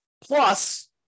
Plus